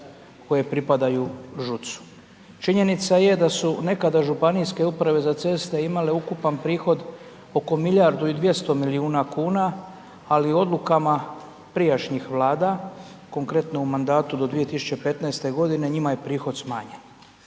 koje pripadaju ŽUC-u. Činjenica je da su nekada županijske uprave za ceste imale ukupan prihod oko milijardu i 200 milijuna kuna, ali odlukama prijašnjih vlada, konkretno u mandatu do 2015. njima je prihod smanjen.